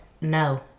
No